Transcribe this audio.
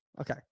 Okay